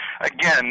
again